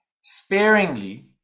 sparingly